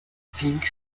think